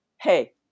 hey